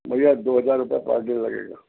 भैया दो हज़ार रुपये पर डे लगेगा